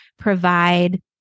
Provide